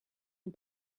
and